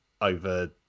over